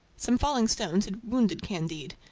some falling stones had wounded candide.